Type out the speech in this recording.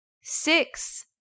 Six